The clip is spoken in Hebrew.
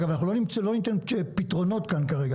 אנחנו לא ניתן פתרונות כאן, כרגע.